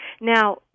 Now